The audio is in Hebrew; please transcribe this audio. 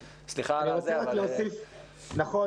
נכון,